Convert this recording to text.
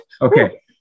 Okay